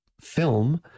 film